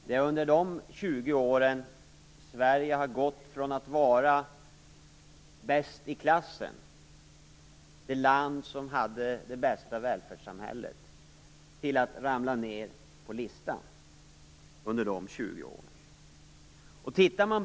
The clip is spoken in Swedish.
Det är under de 20 åren Sverige har gått från att vara bäst i klassen - det bästa välfärdssamhället - till att ramla ned på listan.